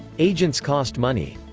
agents cost money.